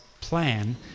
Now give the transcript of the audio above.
plan